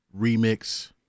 remix